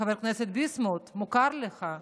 חבר הכנסת ביסמוט, מוכר לך,